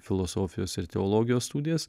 filosofijos ir teologijos studijas